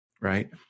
right